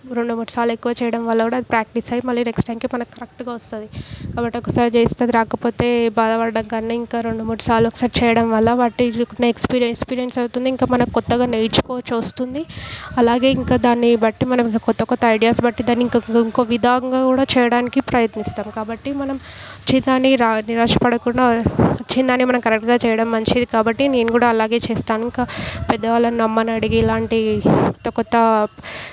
రెండు మూడుసార్లు ఎక్కువ చేయడం వల్ల కూడా అది ప్రాక్టీస్ అయి మళ్ళీ నెక్స్ట్ టైంకి మనకి కరెక్ట్గా వస్తుంది కాబట్టి ఒకసారి చేస్తే అది రాకపోతే బాధపడడం కన్నా ఇంకా రెండు మూడుసార్లు ఒకసారి చేయడం వల్ల వాటి ఎక్స్పీరియన్స్ ఎక్స్పీరియన్స్ అవుతుంది ఇంకా మనం కొత్తగా నేర్చుకోవచ్చు వస్తుంది అలాగే ఇంకా దాన్ని బట్టి మనం ఇంకా క్రొత్త క్రొత్త ఐడియాస్ బట్టి దాన్ని ఇంకో విధంగా కూడా చేయడానికి ప్రయత్నిస్తాము కాబట్టి మనం వచ్చి దాన్ని నిరాశ పడకుండా వచ్చినదాన్ని మనం కరెక్ట్గా చేయడం మంచిది కాబట్టి నేను కూడా అలాగే చేస్తాను ఇంకా పెద్దవాళ్ళని అమ్మని అడిగి ఇలాంటివి క్రొత్త క్రొత్త